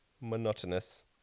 monotonous